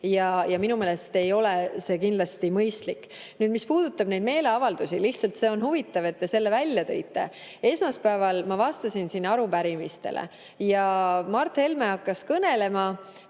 Minu meelest ei ole see kindlasti mõistlik. Mis puudutab neid meeleavaldusi, siis lihtsalt see on huvitav, et te selle välja tõite. Esmaspäeval ma vastasin siin arupärimistele. Mart Helme hakkas puldist